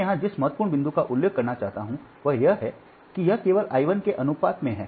मैं यहां जिस महत्वपूर्ण बिंदु का उल्लेख करना चाहता हूं वह यह है कि यह केवल I 1 के अनुपात में है